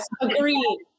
agreed